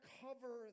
cover